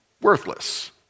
worthless